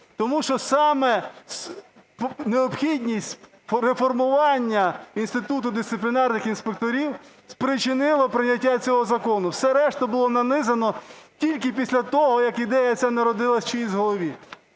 Тому що саме необхідність реформування інституту дисциплінарних інспекторів спричинило прийняття цього закону, все решта було нанизано тільки після того, як ідея ця народилася в чиїсь голові.